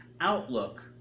outlook